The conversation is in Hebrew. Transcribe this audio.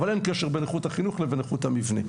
אבל אין קשר בין איכות החינוך לבין איכות המבנה.